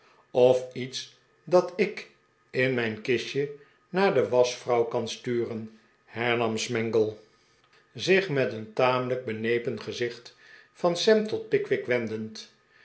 of iets dat ik in mijn kistje naar de waschvrouw kan sturen hernam smangle zich met een tamelijk benepen gezicht van sam tot pickwick wenderid